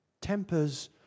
Tempers